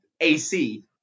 AC